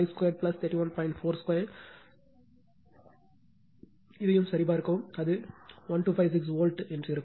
4 2 எது வந்தாலும் சரிபார்க்கவும் அது 1256 வோல்ட் இருக்கும்